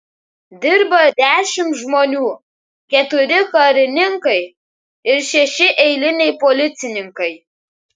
dirba dešimt žmonių keturi karininkai ir šeši eiliniai policininkai